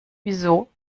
wieso